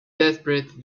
desperate